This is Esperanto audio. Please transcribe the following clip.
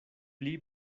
pli